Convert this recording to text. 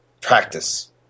Practice